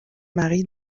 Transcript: marie